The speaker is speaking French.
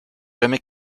jamais